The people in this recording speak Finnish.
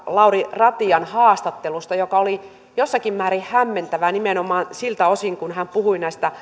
lauri ratian haastattelusta joka oli jossakin määrin hämmentävä nimenomaan siltä osin kuin hän puhui näistä